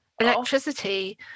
electricity